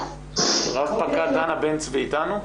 רב פקד דנה בן צבי איתנו?